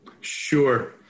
Sure